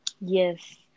Yes